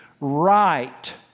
right